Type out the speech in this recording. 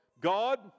God